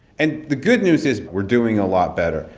and the good news is, we're doing a lot better.